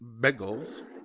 Bengals